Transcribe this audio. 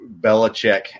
Belichick